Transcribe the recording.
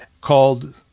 called